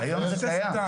כיום זה קיים,